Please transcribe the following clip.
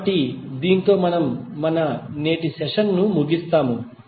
కాబట్టి దీనితో మనము మన నేటి సెషన్ను ముగిస్తాము